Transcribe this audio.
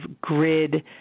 Grid